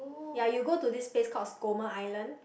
ya you go to this place called Skomer Island